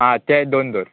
आं ते दोन दवर